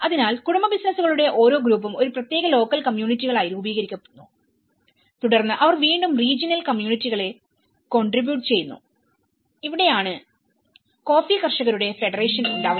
അതിനാൽ കുടുംബ ബിസിനസുകളുടെ ഓരോ ഗ്രൂപ്പും ഒരു പ്രത്യേക ലോക്കൽ കമ്മ്യൂണിറ്റികൾരൂപീകരിക്കുന്നു തുടർന്ന് അവർ വീണ്ടും റീജിയണൽ കമ്മ്യൂണിറ്റികളെകോൺട്രിബിയൂട്ട് ചെയ്യുന്നു ഇവിടെയാണ് കോഫി കർഷകരുടെ ഫെഡറേഷൻ ഉണ്ടാവുന്നത്